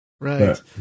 Right